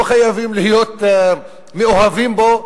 לא חייבים להיות מאוהבים בו,